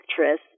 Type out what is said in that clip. actress